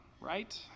right